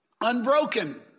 Unbroken